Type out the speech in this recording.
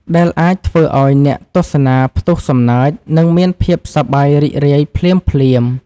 ដែលអាចធ្វើឱ្យអ្នកទស្សនាផ្ទុះសំណើច និងមានភាពសប្បាយរីករាយភ្លាមៗ។